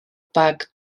bag